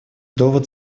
довод